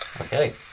Okay